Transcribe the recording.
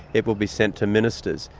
it will be sent to ministers,